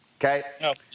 okay